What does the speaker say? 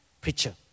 preacher